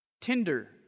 Tinder